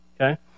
Okay